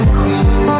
queen